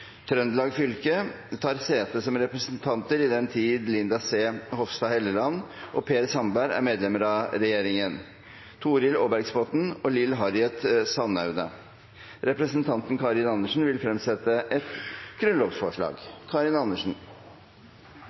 Sør-Trøndelag fylke tar sete som representanter i den tid Linda C. Hofstad Helleland og Per Sandberg er medlemmer av regjeringen: Torhild Aarbergsbotten og Lill Harriet Sandaune. Representanten Karin Andersen vil fremsette et grunnlovsforslag.